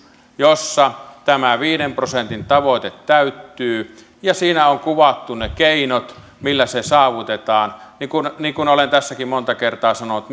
jossa tämä viiden prosentin tavoite täyttyy ja jossa on kuvattu ne keinot millä se saavutetaan niin kuin niin kuin olen tässäkin monta kertaa sanonut